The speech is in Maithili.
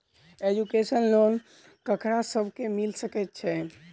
एजुकेशन लोन ककरा सब केँ मिल सकैत छै?